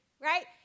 right